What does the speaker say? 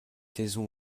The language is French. saison